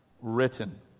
written